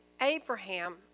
Abraham